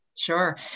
Sure